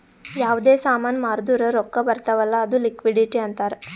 ಯಾವ್ದೇ ಸಾಮಾನ್ ಮಾರ್ದುರ್ ರೊಕ್ಕಾ ಬರ್ತಾವ್ ಅಲ್ಲ ಅದು ಲಿಕ್ವಿಡಿಟಿ ಅಂತಾರ್